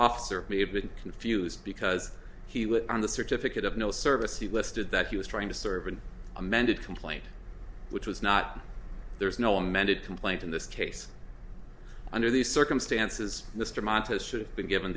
officer may have been confused because he was on the certificate of no service he listed that he was trying to serve an amended complaint which was not there's no amended complaint in this case under these circumstances mr montas should be given